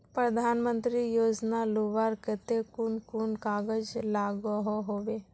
प्रधानमंत्री योजना लुबार केते कुन कुन कागज लागोहो होबे?